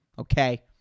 Okay